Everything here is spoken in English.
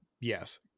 Yes